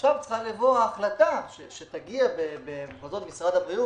ועכשיו צריכה לבוא החלטה של משרד הבריאות,